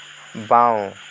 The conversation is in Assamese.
বাঁও